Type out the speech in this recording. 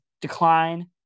Decline